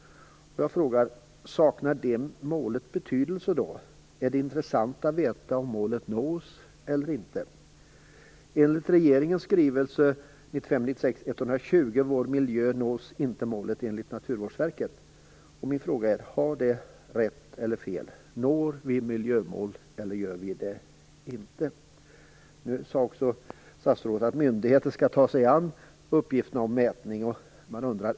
Saknar det målet betydelse? Är det intressant att veta om målet nås eller inte? Av regeringens skrivelse 1995/96:120 om vår miljö framgår att målet enligt Naturvårdsverket inte nås. Min fråga är då: Har man rätt eller fel - når vi alltså miljömålet eller inte? Statsrådet sade också att myndigheter skall ta sig an mätuppgifterna.